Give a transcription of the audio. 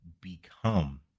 become